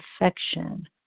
affection